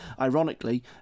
ironically